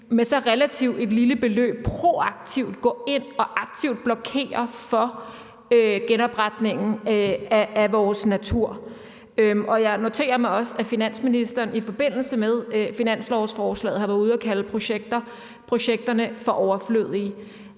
et så relativt lille beløb proaktivt går ind og aktivt blokerer for genopretningen af vores natur. Jeg noterer mig også, at finansministeren i forbindelse med finanslovsforslaget har været ude og kalde projekterne for overflødige.